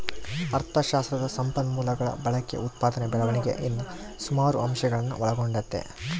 ಅಥಶಾಸ್ತ್ರ ಸಂಪನ್ಮೂಲಗುಳ ಬಳಕೆ, ಉತ್ಪಾದನೆ ಬೆಳವಣಿಗೆ ಇನ್ನ ಸುಮಾರು ಅಂಶಗುಳ್ನ ಒಳಗೊಂಡತೆ